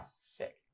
Sick